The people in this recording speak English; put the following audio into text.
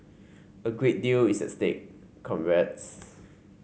a great deal is at stake comrades